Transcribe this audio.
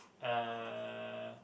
uh